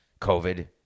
COVID